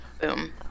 Boom